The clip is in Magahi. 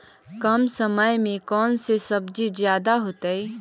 कम समय में कौन से सब्जी ज्यादा होतेई?